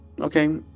Okay